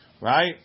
right